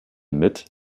mit